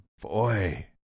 Boy